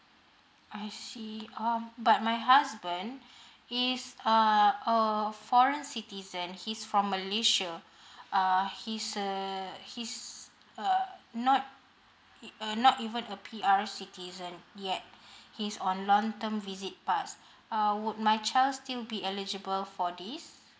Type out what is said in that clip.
I see um but my husband he is err a foreign citizen he's from malaysia uh he's a he's uh not uh not even a P_R citizen yet he's on long term visit pass uh would my child still be eligible for this